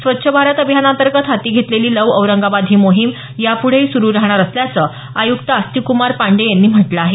स्वच्छ भारत अभियानांतर्गत हाती घेतलेली लव औरंगाबाद ही मोहीम यापुढेही सुरु राहणार असल्याचं आय्क्त आस्तिक क्मार पांडेय यांनी म्हटलं आहे